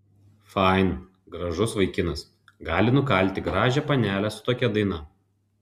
fain gražus vaikinas gali nukalti gražią panelę su tokia daina